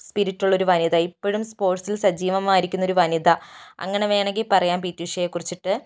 spirit ഉള്ള ഒരു വനിത ഇപ്പോഴും സ്പോട്സിൽ സജീവമായിരിക്കുന്ന ഒരു വനിത അങ്ങനെ വേണമെങ്കിൽ പറയാം പിടി ഉഷയെ കുറിച്ചിട്ട്